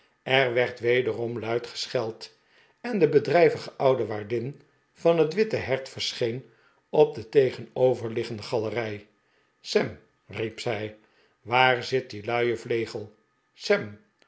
er werd wederom luid gescheid en de bedrijvige oude waardin van het witte hert verscheen op de tegenoverliggende galerij sam riep zij waar zit die hue vlegel sam